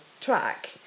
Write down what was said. track